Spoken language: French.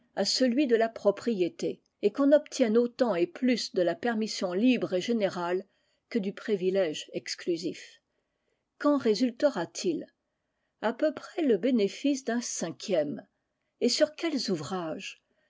à celui de la propriété et qu'on obtienne autant et plus de la permission libre et générale que du privilège exclusif qu'en résultera t il à peu près le bénéfice d'un cinquième et sur quels ouvrages